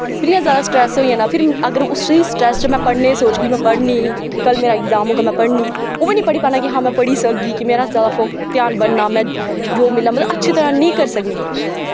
फिर इयां जादा स्टरैस्स होई जाना फिर अगर उस्सा स्टरैस्स च पढ़ने गी सोचगी में पढ़नी कि कल मेरा इग़जाम होगा में पढ़नी ओह् बी नी पढ़ी पाना की में पढ़ी सकगी कि मेरे शा जादा ध्यान बनना जो बी मतलव अच्छी तरां नेंई करी सकनी